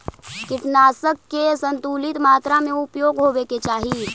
कीटनाशक के संतुलित मात्रा में उपयोग होवे के चाहि